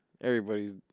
Everybody's